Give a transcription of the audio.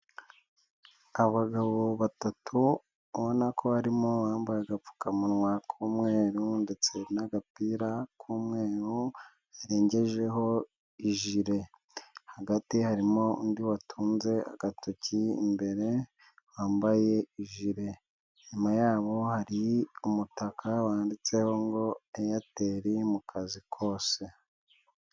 Abagabo batatu ubona ko harimo uwambaye agapfukamunwa k'umweru, ndetse n'agapira k'umwe arengejeho ijule hagati harimo undi watunze agatoki imbere ,wambaye ijile nyuma yaho hari umutaka wanditseho ngo airtel mu kazi kose.